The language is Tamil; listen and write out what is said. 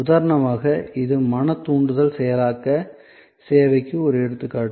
உதாரணமாக இது மன தூண்டுதல் செயலாக்க சேவைக்கு ஒரு எடுத்துக்காட்டு